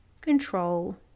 control